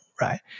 right